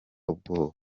ubwoba